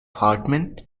hartmann